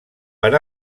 per